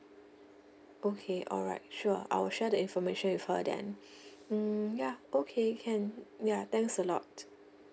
okay alright sure I will share the information with her then mm ya okay can ya thanks a lot